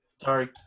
Sorry